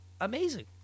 amazing